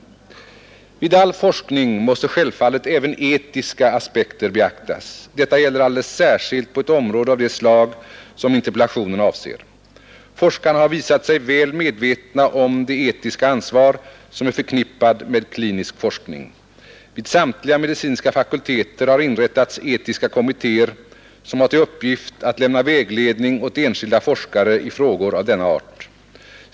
Vid all forskning måste självfallet även etiska aspekter beaktas. Detta gäller alldeles särskilt på ett område av det slag som interpellationen avser. Forskarna har visat sig väl medvetna om det etiska ansvar som är förknippat med klinisk forskning. Vid samtliga medicinska fakulteter har inrättats etiska kommittéer som har till uppgift att lämna vägledning åt enskilda forskare i frågor av denna art.